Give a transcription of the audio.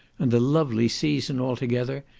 and the lovely season, altogether,